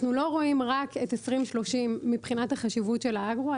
אנחנו לא רואים רק את 2030 מבחינת החשיבות של האגרו,